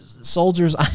soldiers